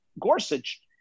Gorsuch